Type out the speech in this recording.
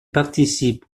participe